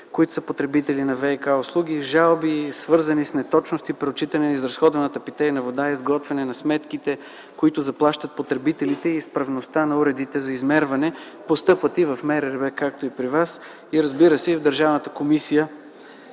които са потребители на ВиК услуги, жалби, свързани с неточности при отчитане на изразходваната питейна вода и изготвяне на сметките, които заплащат потребителите, и изправността на уредите за измерване. Постъпват и в МРРБ, както и при вас, разбира се и в Държавната комисия